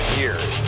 years